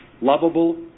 Lovable